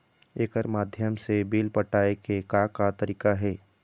एकर माध्यम से बिल पटाए के का का तरीका हे?